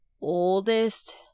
oldest